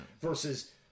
versus